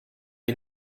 ihn